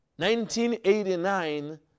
1989